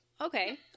Okay